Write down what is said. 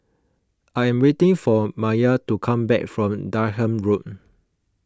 I am waiting for Maia to come back from Durham Road